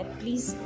please